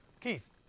Keith